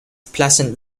pleasant